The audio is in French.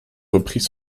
repris